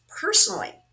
personally